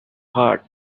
heart